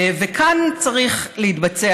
וכאן צריך להתבצע